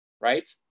right